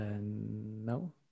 No